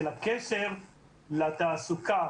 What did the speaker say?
של הקשר לתעסוקה,